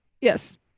Yes